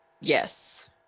Yes